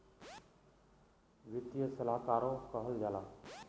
वित्तीय सलाहकारो कहल जाला